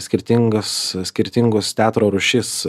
skirtingas skirtingus teatro rūšis